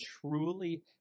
truly